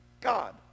God